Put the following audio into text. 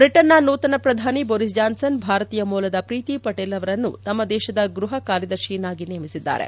ಬ್ರಿಟನ್ನ ನೂತನ ಪ್ರಧಾನಿ ಬೋರಿಸ್ ಜಾನ್ಸನ್ ಭಾರತೀಯ ಮೂಲದ ಪ್ರೀತಿ ಪಟೇಲ್ ಅವರನ್ನು ತಮ್ನ ದೇತದ ಗೃಹ ಕಾರ್ಯದರ್ತಿಯನ್ನಾಗಿ ನೇಮಿಸಿದ್ದಾರೆ